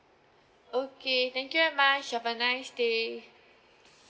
okay thank you very much have a nice day